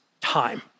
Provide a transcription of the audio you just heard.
Time